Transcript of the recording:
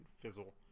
fizzle